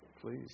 Please